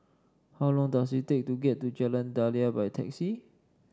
how long does it take to get to Jalan Daliah by taxi